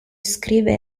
scrive